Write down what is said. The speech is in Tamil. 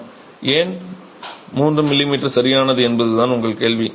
ஆம் ஏன் 3 mm சரியானது என்பது தான் உங்கள் கேள்வி